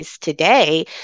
today